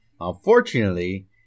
Unfortunately